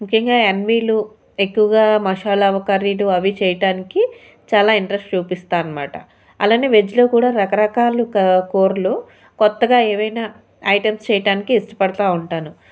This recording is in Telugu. ముఖ్యంగా ఎన్వీలు ఎక్కువగా మసాలా కర్రీలు అవీ చేయడానికి చాలా ఇంట్రెస్ట్ చూపిస్తాను అన్నమాట అలాగే వెజ్జులో కూడా రకరకాల కా కూరలు కొత్తగా ఏవైనా ఐటమ్స్ చేయడానికి ఇష్టపడుతూ ఉంటాను